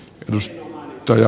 arvoisa puhemies